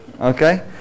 Okay